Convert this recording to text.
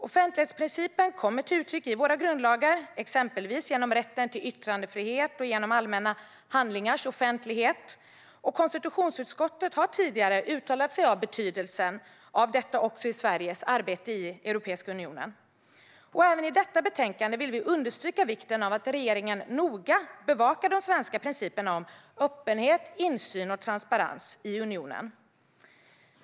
Offentlighetsprincipen kommer till uttryck i våra grundlagar, exempelvis genom rätten till yttrandefrihet och genom allmänna handlingars offentlighet. Konstitutionsutskottet har tidigare uttalat sig om betydelsen av detta också i Sveriges arbete i Europeiska unionen. Även i detta betänkande vill vi understryka vikten av att regeringen noga bevakar de svenska principerna om öppenhet, insyn och transparens i unionen.